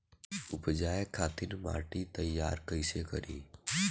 उपजाये खातिर माटी तैयारी कइसे करी?